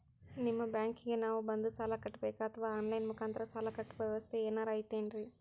ನಿಮ್ಮ ಬ್ಯಾಂಕಿಗೆ ನಾವ ಬಂದು ಸಾಲ ಕಟ್ಟಬೇಕಾ ಅಥವಾ ಆನ್ ಲೈನ್ ಮುಖಾಂತರ ಸಾಲ ಕಟ್ಟುವ ವ್ಯೆವಸ್ಥೆ ಏನಾರ ಐತೇನ್ರಿ?